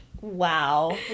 Wow